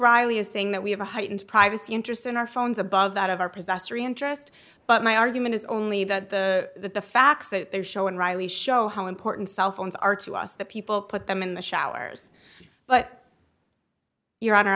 saying that we have a heightened privacy interest in our phones above that of our possessory interest but my argument is only that the facts that they're showing riley show how important cellphones are to us that people put them in the showers but your honor